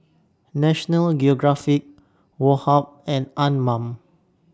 National Geographic Woh Hup and Anmum